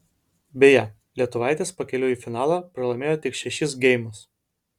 beje lietuvaitės pakeliui į finalą pralaimėjo tik šešis geimus